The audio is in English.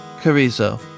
Carizo